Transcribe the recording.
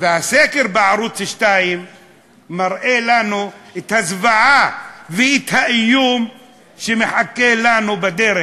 והסקר בערוץ 2 מראה לנו את הזוועה ואת האיום שמחכים לנו בדרך.